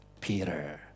Peter